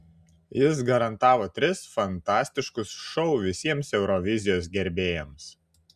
jis garantavo tris fantastiškus šou visiems eurovizijos gerbėjams